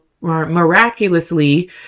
miraculously